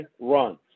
runs